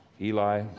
Eli